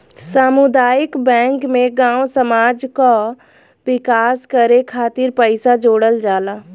सामुदायिक बैंक में गांव समाज कअ विकास करे खातिर पईसा जोड़ल जाला